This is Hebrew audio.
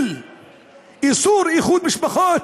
של איסור איחוד משפחות,